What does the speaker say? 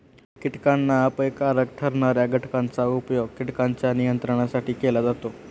कीटकांना अपायकारक ठरणार्या घटकांचा उपयोग कीटकांच्या नियंत्रणासाठी केला जातो